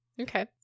Okay